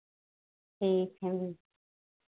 ठीक है मैम